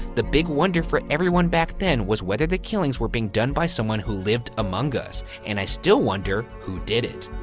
the big wonder for everyone back then was whether the killings were being done by someone who lived among us, and i still wonder who did it,